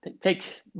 take